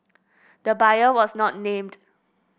the buyer was not named